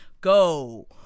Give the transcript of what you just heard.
Go